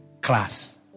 class